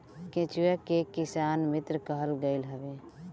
केचुआ के किसान मित्र कहल गईल हवे